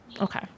Okay